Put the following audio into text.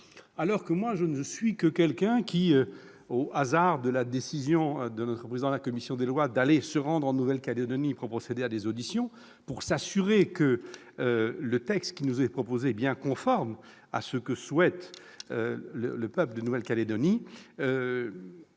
En ce qui me concerne, je dois au hasard de la décision du président de la commission des lois de se rendre en Nouvelle-Calédonie pour procéder à des auditions afin de s'assurer que le texte qui nous est proposé est bien conforme à ce que souhaite le peuple de Nouvelle-Calédonie